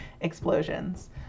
explosions